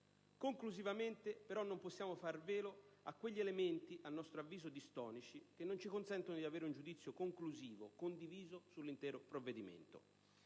conclusione, non possiamo però far velo agli elementi a nostro avviso distonici che non ci consentono di avere un giudizio complessivo condiviso sull'intero provvedimento.